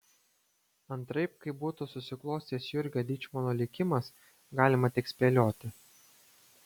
antraip kaip būtų susiklostęs jurgio dyčmono likimas galima tik spėlioti